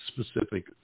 specific